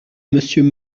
monsieur